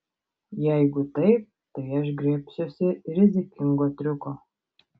jeigu taip tai aš griebsiuosi rizikingo triuko